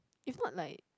if not like